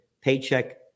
paycheck